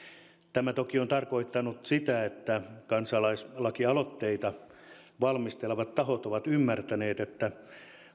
tämä toki on tarkoittanut sitä että kansalaislakialoitteita valmistelevat tahot ovat ymmärtäneet että